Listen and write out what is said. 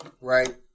Right